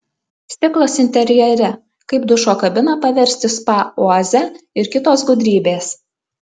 stiklas interjere kaip dušo kabiną paversti spa oaze ir kitos gudrybės